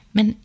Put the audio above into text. Men